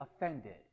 offended